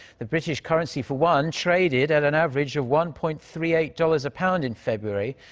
the british currency, for one, traded at an average of one-point-three-eight dollars a pound in february.